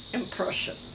impression